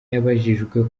yabajijwe